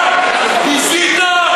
אתה ביזית את הכנסת,